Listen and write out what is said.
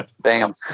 Bam